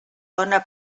bona